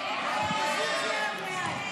הסתייגות 4 לא נתקבלה.